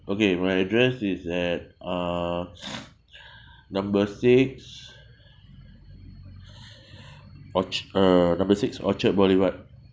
okay my address is at uh number six orcha~ number six orchard boulevard